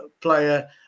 Player